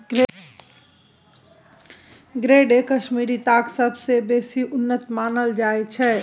grade A Kashmiri ताग सबसँ बेसी उन्नत मानल जाइ छै